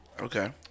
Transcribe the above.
Okay